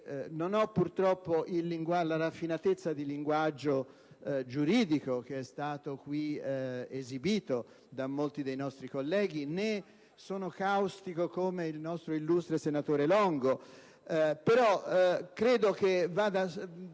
non ho purtroppo la raffinatezza di linguaggio giuridico che è stata qui esibita da molti dei nostri colleghi, né sono caustico come il nostro illustre senatore Longo, però credo che vada